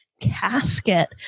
casket